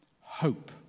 Hope